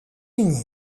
unis